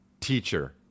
Teacher